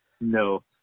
No